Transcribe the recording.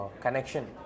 connection